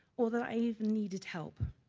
or that i even needed help.